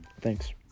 Thanks